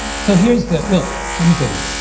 so here's the well, let me say this.